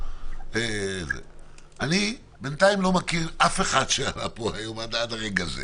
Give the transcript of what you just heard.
אני לא מכיר אף אחד מאלה שעלו פה היום עד לרגע זה